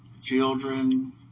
children